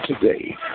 today